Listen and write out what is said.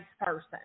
person